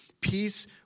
peace